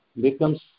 becomes